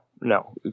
No